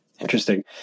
Interesting